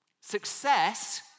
Success